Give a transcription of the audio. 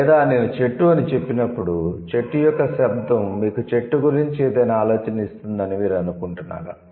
లేదా నేను చెట్టు అని చెప్పినప్పుడు చెట్టు యొక్క శబ్దం మీకు చెట్టు గురించి ఏదైనా ఆలోచన ఇస్తుందని మీరు అనుకుంటున్నారా